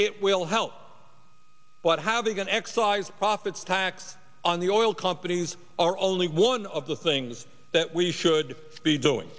it will help but having an excise profits tax on the oil companies are only one of the things that we should be doing